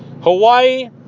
hawaii